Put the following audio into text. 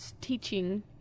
teaching